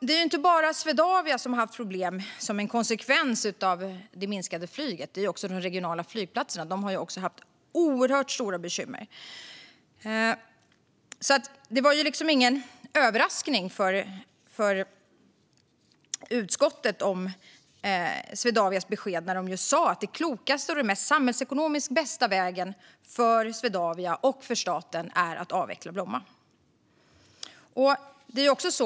Det är inte bara Swedavia som har haft problem som en konsekvens av det minskade flygandet, utan det gäller även de regionala flygplatserna. De har också haft oerhört stora bekymmer. Swedavias besked var ingen överraskning för utskottet när de sa att den klokaste och samhällsekonomiskt bästa vägen för Swedavia och för staten är att avveckla Bromma.